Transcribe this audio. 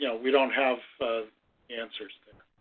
yeah we don't have answers.